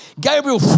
Gabriel